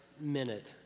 minute